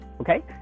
okay